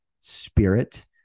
spirit